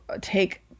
take